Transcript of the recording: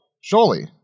surely